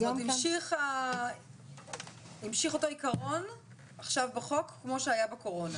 זאת אומרת המשיך אותו עיקרון עכשיו בחוק כמו שהיה בקורונה?